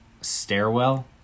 stairwell